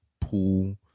pool